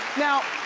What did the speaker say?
now.